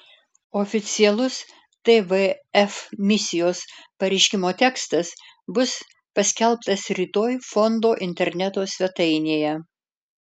oficialus tvf misijos pareiškimo tekstas bus paskelbtas rytoj fondo interneto svetainėje